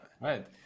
Right